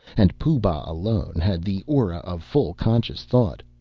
and pooh-bah alone had the aura of full conscious thought.